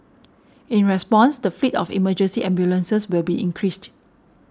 in response the fleet of emergency ambulances will be increased